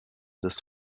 des